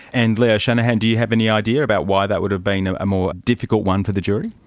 and leo shanahan, do you have any idea about why that would have been a more difficult one for the jury?